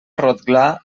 rotglà